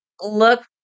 look